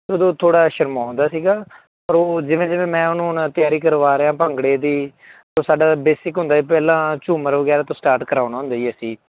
ਉਦੋਂ ਥੋੜ੍ਹਾ ਜਿਹਾ ਸ਼ਰਮਾਉਂਦਾ ਸੀਗਾ ਪਰ ਉਹ ਜਿਵੇਂ ਜਿਵੇਂ ਮੈਂ ਉਹਨੂੰ ਹੁਣ ਤਿਆਰੀ ਕਰਵਾ ਰਿਹਾ ਭੰਗੜੇ ਦੀ ਤਾਂ ਸਾਡਾ ਬੇਸਿਕ ਹੁੰਦਾ ਪਹਿਲਾਂ ਝੂਮਰ ਵਗੈਰਾ ਤੋਂ ਸਟਾਰਟ ਕਰਵਾਉਣਾ ਹੁੰਦਾ ਜੀ ਅਸੀਂ